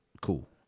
Cool